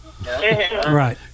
Right